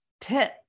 tip